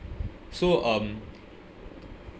so um